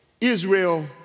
Israel